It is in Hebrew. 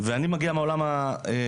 ואני מגיע מהעולם החילוני,